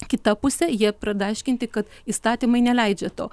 kita puse jie pradeda aiškinti kad įstatymai neleidžia to